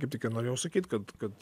kaip tik ir norėjau sakyt kad kad